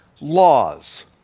laws